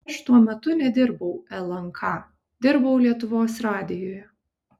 aš tuo metu nedirbau lnk dirbau lietuvos radijuje